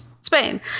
Spain